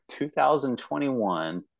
2021